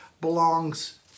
belongs